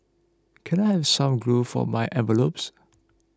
can I have some glue for my envelopes